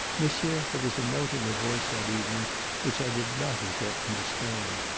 monsieur, there was a note in her voice that evening which i did not as yet understand.